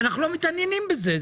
אנחנו לא מתעניינים בזה,